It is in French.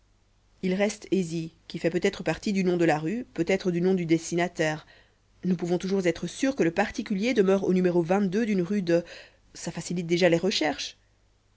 il reste ési qui fait peut-être partie du nom de la rue peut-être du nom du destinataire nous pouvons toujours être sûrs que le particulier demeure au numéro d'une rue de ça facilite déjà les recherches